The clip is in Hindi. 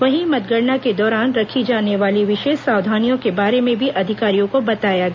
वहीं मतगणना के दौरान रखी जाने वाली विशेष सावधानियों के बारे में भी अधिकारियों को बताया गया